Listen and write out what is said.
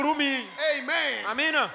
Amen